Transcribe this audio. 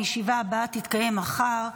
הישיבה הבאה תתקיים מחר,